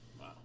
Wow